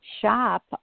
shop